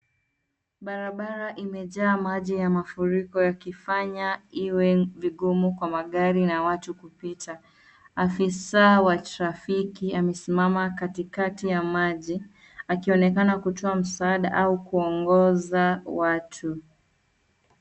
Barabara imejaa maji ya mafuriko, yakifanya iwe vigumu kwa magari na watu kupita. Afisa wa trafiki amesimama katikati ya maji, akionekana kutoa msaada au kuongoza watu.